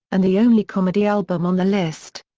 and the only comedy album on the list.